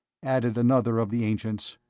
added another of the ancients,